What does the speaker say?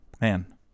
Man